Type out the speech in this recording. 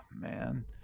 man